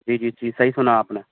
جی جی جی صحیح سنا آپ نے